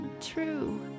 true